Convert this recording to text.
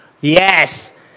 yes